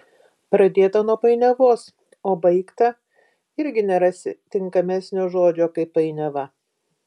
pradėta nuo painiavos o baigta irgi nerasi tinkamesnio žodžio kaip painiava